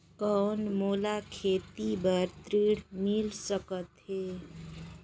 कौन मोला खेती बर ऋण मिल सकत है?